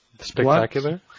Spectacular